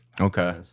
Okay